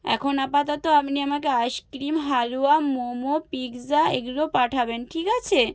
এখন আপাতত আপনি আমাকে আইসক্রিম হালুয়া মোমো পিৎজা এগুলো পাঠাবেন ঠিক আছে